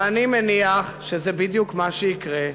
ואני מניח שזה בדיוק מה שיקרה,